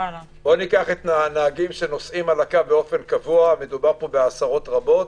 ניקח את הנהגים שנוסעים על הקו באופן קבוע עשרות רבות.